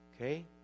Okay